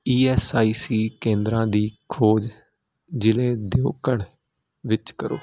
E S I C ਕੇਂਦਰਾਂ ਦੀ ਖੋਜ ਜ਼ਿਲ੍ਹੇ ਦਿਓਘੜ ਵਿੱਚ ਕਰੋ